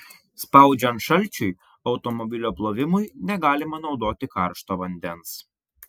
spaudžiant šalčiui automobilio plovimui negalima naudoti karšto vandens